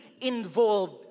involved